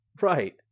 Right